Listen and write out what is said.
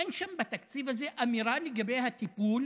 אין שם, בתקציב הזה, אמירה לגבי הטיפול